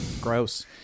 Gross